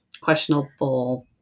questionable